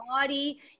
body